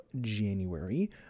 January